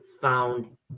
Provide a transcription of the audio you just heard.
found